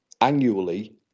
annually